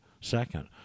second